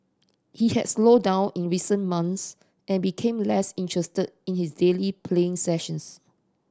he had slowed down in recent months and became less interested in his daily playing sessions